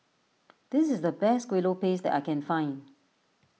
this is the best Kuih Lopes I can find